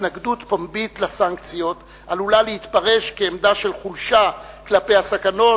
התנגדות פומבית לסנקציות עלולה להתפרש כעמדה של חולשה כלפי הסכנות